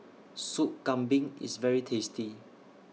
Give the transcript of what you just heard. Sup Kambing IS very tasty